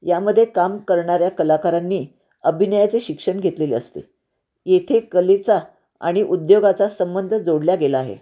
यामध्ये काम करणाऱ्या कलाकारांनी अभिनयाचे शिक्षण घेतलेले असते येथे कलेचा आणि उद्योगाचा संबंध जोडल्या गेला आहे